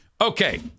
Okay